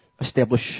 establish